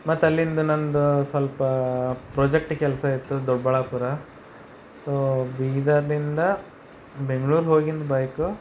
ಮತ್ತೆ ಅಲ್ಲಿಂದ ನಂದು ಸ್ವಲ್ಪ ಪ್ರಾಜೆಕ್ಟ್ ಕೆಲಸ ಇತ್ತು ದೊಡ್ಡಬಳ್ಳಾಪುರ ಸೊ ಬೀದರಿನಿಂದ ಬೆಂಗಳೂರು ಹೋಗೀನಿ ಬೈಕು